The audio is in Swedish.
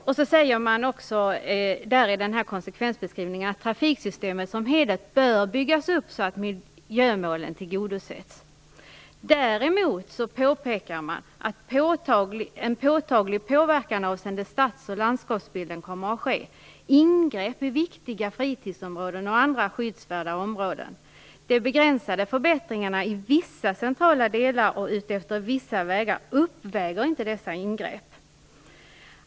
Vidare sägs i konsekvensbeskrivningen att trafiksystemet som helhet bör byggas upp så att miljömålen tillgodoses. Däremot påpekar man att en påtaglig påverkan på stads och landskapsbilden kommer att ske, likaså ingrepp i viktiga friluftsområden och andra skyddsvärda områden. De begränsade förbättringarna i vissa centrala delar och utefter vissa vägar uppväger inte dessa ingrepp.